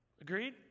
Agreed